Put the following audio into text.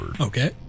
Okay